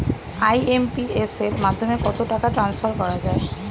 IMPS এর মাধ্যমে কত টাকা ট্রান্সফার করা যায়?